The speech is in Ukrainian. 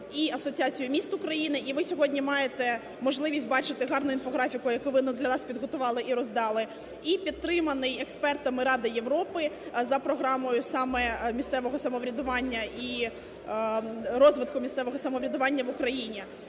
і Асоціацією міст України. І ви сьогодні маєте можливість бачити гарну інфографіку, яку ви для нас підготували і роздали, і підтриманий експертами Ради Європи, за програмою саме місцевого самоврядування і розвитку місцевого самоврядування в Україні,